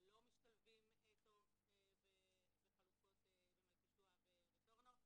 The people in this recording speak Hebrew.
שלא משתלבים טוב בחלופות במלכישוע ורטורנו.